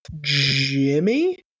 Jimmy